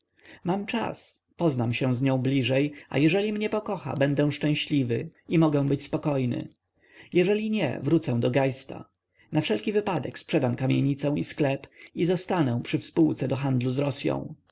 mam czas poznam się z nią bliżej a jeżeli mnie pokocha będę szczęśliwy i mogę być spokojny jeżeli nie wrócę do geista na wszelki wypadek sprzedam kamienicę i sklep a zostanę przy współce do handlu z rosyą